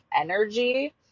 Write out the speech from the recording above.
energy